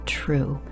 true